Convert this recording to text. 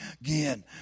again